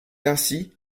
ainsi